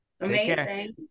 Amazing